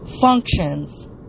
functions